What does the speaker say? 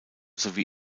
sowie